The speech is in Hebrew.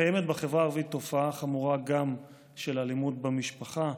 קיימת בחברה הערבית תופעה חמורה גם של אלימות במשפחה.